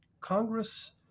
Congress